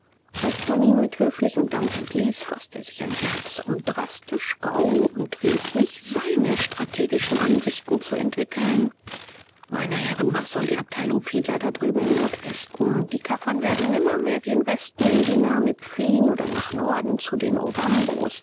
als man ihn mit höflichem dank entließ faßte er sich ein herz um drastisch rauh und redlich seine strategischen ansichten zu entwickeln meine herren was soll die abteilung fiedler da drüben im nordwesten die kaffern werden nimmermehr gen westen in die namib fliehen oder nach norden zu den